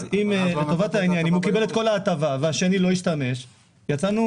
אז אם הוא קיבל את כל ההטבה והשני לא השתמש בה,